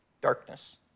Darkness